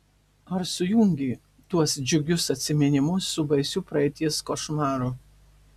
ar sujungė tuos džiugius atsiminimus su baisiu praeities košmaru